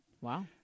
Wow